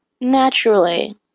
naturally